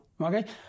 okay